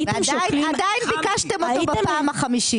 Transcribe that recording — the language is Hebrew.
ועדיין ביקשתם אותו בפעם החמישית.